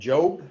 Job